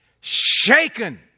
Shaken